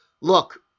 look